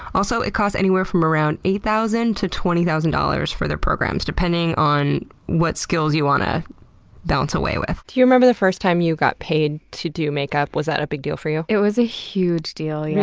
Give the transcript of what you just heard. also, it cost anywhere from around eight thousand dollars to twenty thousand dollars for their programs depending on what skills you wanna bounce away with. do you remember the first time you got paid to do makeup? was that a big deal for you? it was a huge deal, yeah.